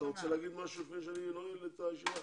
אתה רוצה לומר משהו לפני שאני נועל את הישיבה?